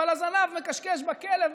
אבל הזנב מקשקש בכלב,